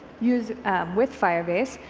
use with firebase,